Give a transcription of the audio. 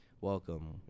welcome